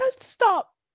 stop